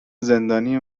زندانی